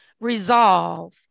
resolve